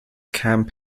camp